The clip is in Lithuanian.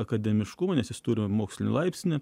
akademiškumą nes jis turi mokslinį laipsnį